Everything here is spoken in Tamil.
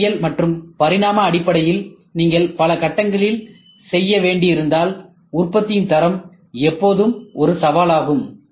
உலோகவியல் மற்றும் பரிமாண அடிப்படையில் நீங்கள் பல கட்டங்களில் செய்ய வேண்டியிருந்தால் உற்பத்தியின் தரம் எப்போதும் ஒரு சவாலாகும்